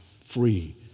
free